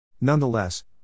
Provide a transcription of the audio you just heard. Nonetheless